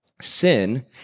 Sin